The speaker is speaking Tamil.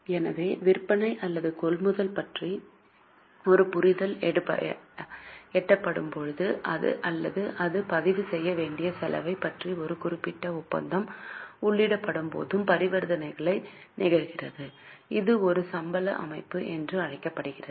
எனவே விற்பனை அல்லது கொள்முதல் பற்றி ஒரு புரிதல் எட்டப்படும்போது அல்லது அதைப் பதிவு செய்ய வேண்டிய செலவைப் பற்றி ஒரு குறிப்பிட்ட ஒப்பந்தம் உள்ளிடப்படும்போது பரிவர்த்தனை நிகழ்கிறது இது ஒரு சம்பள அமைப்பு என்றும் அழைக்கப்படுகிறது